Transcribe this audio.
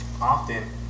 often